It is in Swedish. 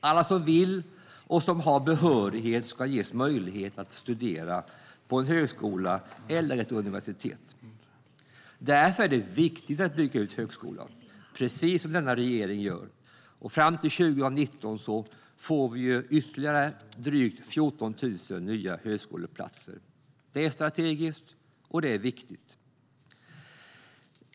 Alla som vill och har behörighet ska ges möjlighet att studera på en högskola eller ett universitet. Därför är det viktigt att bygga ut högskolan, precis som denna regering gör. Fram till 2019 tillkommer drygt 14 000 nya högskoleplatser. Det är strategiskt och viktigt.